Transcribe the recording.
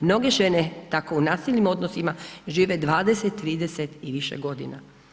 Mnoge žene tako u nasilnim odnosima žive 20, 30 i više godina.